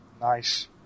Nice